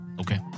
Okay